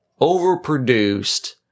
overproduced